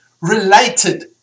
related